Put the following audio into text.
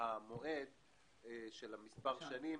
המועד של מספר שנים,